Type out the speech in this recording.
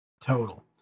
Total